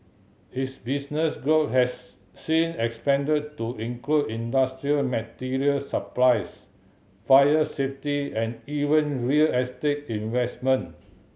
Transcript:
his business group has since expanded to include industrial material supplies fire safety and even real estate investment